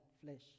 flesh